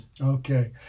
Okay